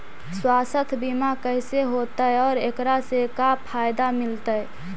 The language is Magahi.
सवासथ बिमा कैसे होतै, और एकरा से का फायदा मिलतै?